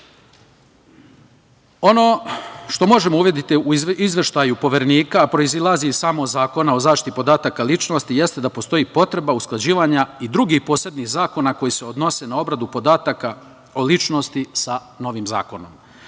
što možemo uvideti u Izveštaju Poverenika proizilazi iz samog Zakona o zaštiti podataka o ličnosti, jeste da postoji potreba usklađivanja i drugih posebnih zakona koji se odnose na obradu podatka o ličnosti sa novim zakonom.